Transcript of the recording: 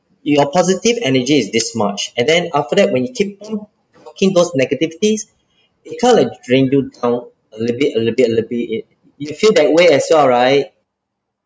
your positive energy is this much and then after that when you keep on talking those negative things it kind of drain you down a little bit a little bit a little bit you feel that way as well right